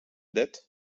det